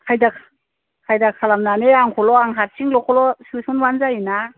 खायदा खायदा खालामनानै आंखौल' आं हारसिंल'खौल' सोसनबानो जायो ना